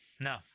No